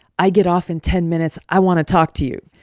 i get off in ten minutes. i want to talk to you.